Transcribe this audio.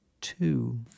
two